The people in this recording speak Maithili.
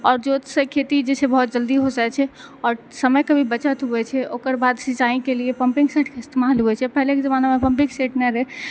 आओर जोत सँ खेती जे छै बहुत जल्दी हो जाइ छै और समय के भी बचत होइ छै ओकरबाद सिंचाइ के लिए पम्पिंग सेट के ईस्तेमाल होइ छै पहिले के जमाना मे पम्पिंग सेट नहि रहै